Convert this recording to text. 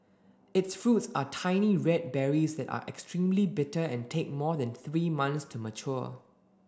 its fruits are tiny red berries that are extremely bitter and take more than three months to mature